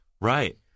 Right